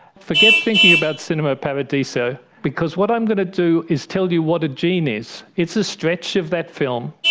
forget thinking about cinema paradiso because what i'm going to do is tell you what a gene is. it's a stretch of that film,